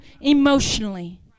emotionally